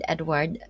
Edward